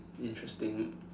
interesting